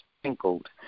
sprinkled